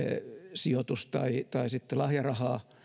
sijoitus tai tai sitten lahjarahaa